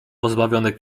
pozbawione